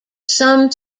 some